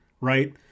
right